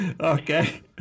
Okay